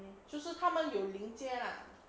就是他们有链接 lah